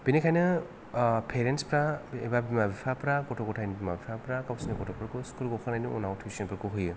बेनिखायनो पेरेन्टसफ्रा एबा बिमा बिफाफ्रा गथ' गथायनि बिमा बिफाफ्रा गावसिनि गथ'फोरखौ स्कुल गखांनायनि उनाव टुइसनफोरखौ होयो